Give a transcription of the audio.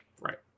Right